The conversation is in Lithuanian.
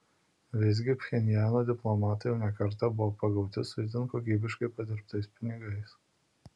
visgi pchenjano diplomatai jau ne kartą buvo pagauti su itin kokybiškai padirbtais pinigais